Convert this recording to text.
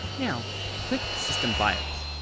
now click system bios,